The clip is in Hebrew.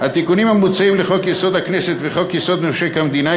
התיקונים המוצעים בחוק-יסוד: הכנסת ובחוק-יסוד: משק המדינה,